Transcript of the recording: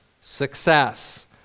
success